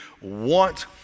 want